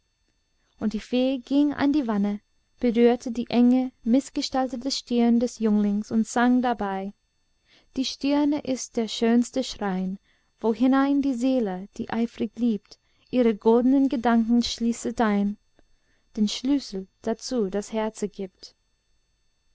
und die fee ging an die wanne berührte die enge mißgestaltete stirn des jünglings und sang dabei die stirne ist der schönste schrein wohinein die seele die eifrig liebt ihre goldnen gedanken schließet ein den schlüssel dazu das herze gibt